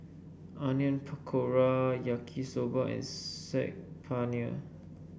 Onion Pakora Yaki Soba and Saag Paneer